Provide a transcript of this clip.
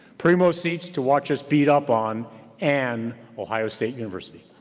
primo seats to watch us beat up on and ohio state university.